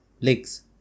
legs